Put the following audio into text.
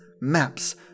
maps